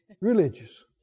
religious